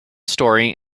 story